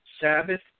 Sabbath